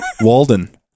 Walden